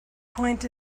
point